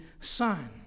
son